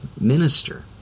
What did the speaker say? minister